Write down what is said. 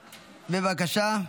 בבקשה.